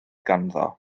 ganddo